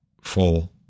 fall